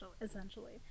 Essentially